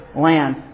land